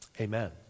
amen